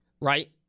right